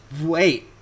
wait